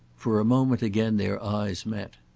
for a moment again their eyes met.